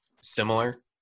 similar